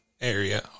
Area